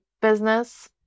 business